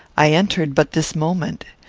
i entered but this moment.